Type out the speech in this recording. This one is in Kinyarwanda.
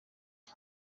aba